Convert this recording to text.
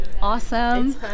Awesome